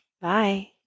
Bye